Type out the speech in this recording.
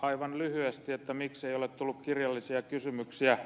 aivan lyhyesti miksei ole tullut kirjallisia kysymyksiä